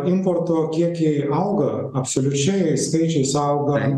importo kiekiai auga absoliučiai skaičiais auga